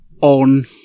on